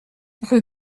rue